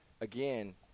again